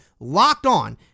LOCKEDON